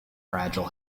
fragile